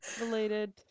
related